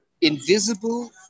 invisible